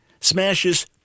smashes